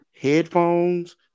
Headphones